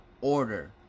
order